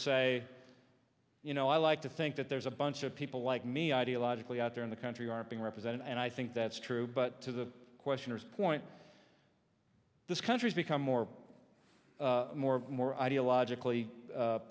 say you know i like to think that there's a bunch of people like me ideologically out there in the country aren't being represented and i think that's true but to the questioners point this country's become more more more ideologically